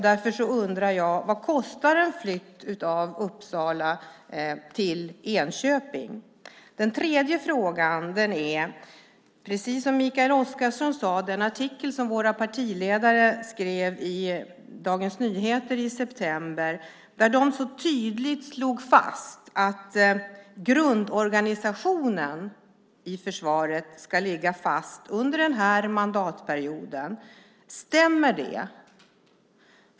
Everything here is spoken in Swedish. Därför undrar jag: Vad kostar en flytt av Uppsala till Enköping? Den tredje frågan gäller den artikel som våra partiledare skrev i Dagens Nyheter i september där de tydligt slog fast att grundorganisationen i försvaret ska ligga fast under den här mandatperioden. Stämmer det?